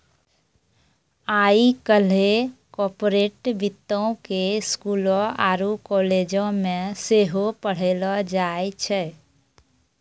आइ काल्हि कार्पोरेट वित्तो के स्कूलो आरु कालेजो मे सेहो पढ़ैलो जाय छै